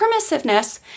permissiveness